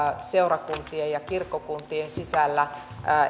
seurakuntien ja kirkkokuntien sisällä